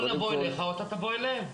או שהם יבואו אליך או שאתה תבוא אליהם.